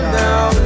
now